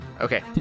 okay